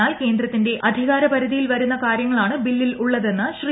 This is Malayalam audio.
എന്നാൽ കേന്ദ്രത്തിന്റെ അധികാര പരിധി യിൽ വരുന്ന കാര്യങ്ങളാണ് ബില്ലിൽ ഉള്ളതെന്ന് ശ്രീ